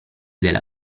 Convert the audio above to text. della